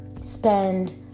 spend